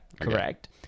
correct